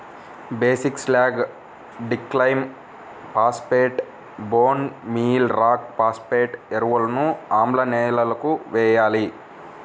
basic slag, డిక్లైమ్ phosphate, bone meal rock phosphate ఎరువులను ఆమ్ల నేలలకు వేయాలి